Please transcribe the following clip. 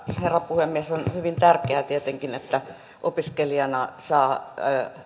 herra puhemies on hyvin tärkeää tietenkin että opiskelijana saa